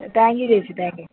thank you ചേച്ചി thank you